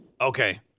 Okay